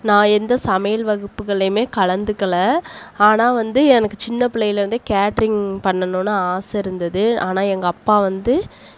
நான் எந்த சமையல் வகுப்புகள்லையுமே கலந்துக்கல ஆனால் வந்து எனக்கு சின்ன பிள்ளைலேந்தே கேட்டரிங் பண்ணணும் ஆசை இருந்தது ஆனால் எங்க அப்பா வந்து